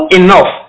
enough